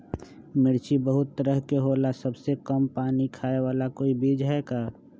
मिर्ची बहुत तरह के होला सबसे कम पानी खाए वाला कोई बीज है का?